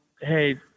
hey